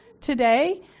today